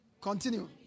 Continue